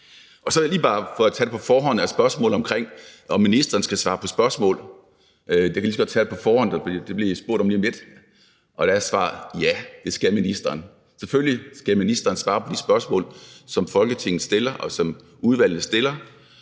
Så bare lige for at tage det på forhånd er der spørgsmålet om, om ministeren skal svare på spørgsmål. Det kan jeg lige så godt tage på forhånd, for det bliver jeg spurgt om lige om lidt. Der er svaret: Ja, det skal ministeren. Selvfølgelig skal ministeren svare på de spørgsmål, som Folketinget stiller, og som udvalget stiller.